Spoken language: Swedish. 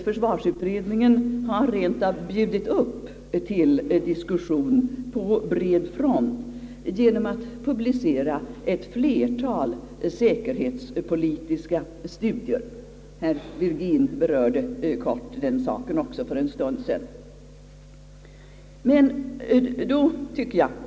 Försvarsutredningen har rent av bjudit upp till diskussion på bred front genom att publicera ett flertal säkerhets politiska studier — herr Virgin berörde kort den saken för en stund sedan.